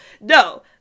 No